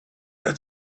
had